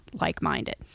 like-minded